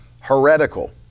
heretical